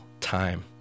time